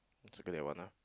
circle that one ah